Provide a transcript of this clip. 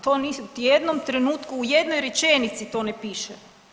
To niti u jednom trenutku u jednoj rečenici to ne piše.